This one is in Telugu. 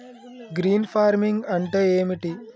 గ్రీన్ ఫార్మింగ్ అంటే ఏమిటి?